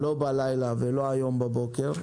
לא בלילה ולא הבוקר הזה.